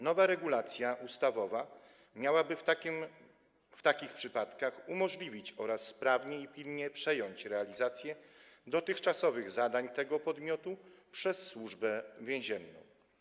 Nowa regulacja ustawowa miałaby w takich przypadkach umożliwić sprawne i pilne przejęcie realizacji dotychczasowych zadań tego podmiotu przez Służbę Więzienną.